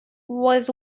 was